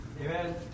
Amen